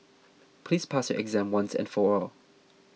please pass your exam once and for all